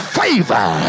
favor